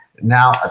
now